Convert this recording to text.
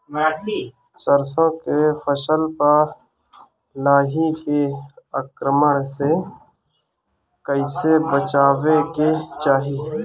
सरसो के फसल पर लाही के आक्रमण से कईसे बचावे के चाही?